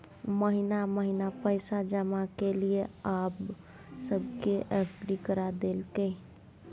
महिना महिना पैसा जमा केलियै आब सबके एफ.डी करा देलकै